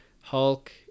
Hulk